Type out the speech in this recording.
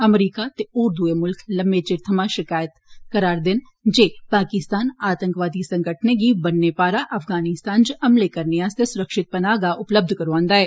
अमरीका ते होर मुल्ख लम्मैं चिरे थमां शकैत कर'रदे न जे पाकिस्तान आतंकवादी संगठने गी बन्नै पारा अफगानिस्तान च हमले करने आस्तै सुरक्षित पनाह्गाह उपलब्य करौआन्दा ऐ